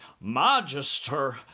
Magister